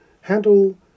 handle